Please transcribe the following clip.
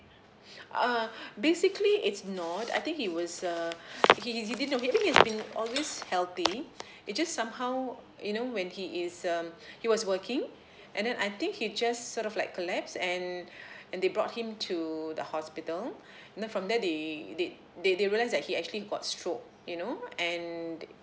uh basically it's not I think he was uh he he didn't know maybe he's been always healthy it just somehow you know when he is um he was working and then I think he just sort of like collapse and then they brought him to the hospital and then from there they they they realised that he actually got stroke you know and